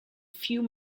few